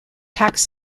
tax